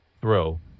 throw